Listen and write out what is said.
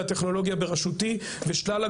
השכונה הפלורליסטית שרוצה להוציא אותי מתוכה